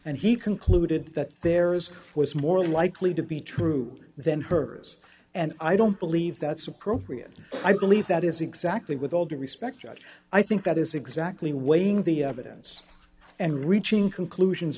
and he concluded that there is more likely to be true then hers and i don't believe that's appropriate i believe that is exactly with all due respect judge i think that is exactly weighing the evidence and reaching conclusions